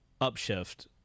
upshift